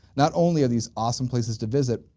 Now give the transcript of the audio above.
not only are these awesome places to visit,